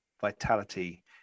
vitality